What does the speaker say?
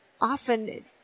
often